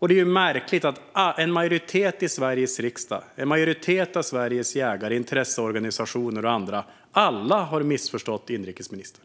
Det är märkligt att en majoritet i Sveriges riksdag och en majoritet av Sveriges jägare, intresseorganisationer och andra samtliga har missförstått inrikesministern.